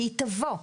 היא תבוא,